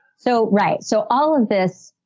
so right. so all of this,